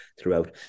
throughout